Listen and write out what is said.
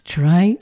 Try